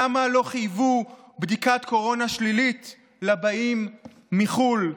למה לא חייבו בדיקת קורונה שלילית לבאים מחו"ל?